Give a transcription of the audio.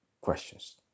questions